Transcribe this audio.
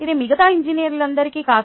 ఇది మిగతా ఇంజనీర్లందరికీ కాదు